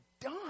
done